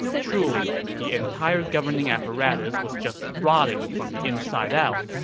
truly, the entire governing apparatus was just rotting from the inside out